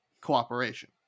cooperation